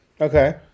Okay